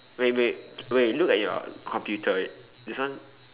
wait wait wait look at your computer there's one